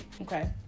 okay